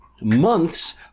months